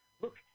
Look